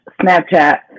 Snapchat